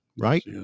right